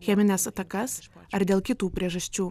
chemines atakas ar dėl kitų priežasčių